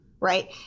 Right